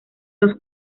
los